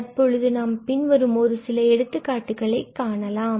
தற்பொழுது நாம் பின்வரும் ஒரு சில எடுத்துக்காட்டுகளைக் காணலாம்